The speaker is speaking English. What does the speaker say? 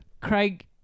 Craig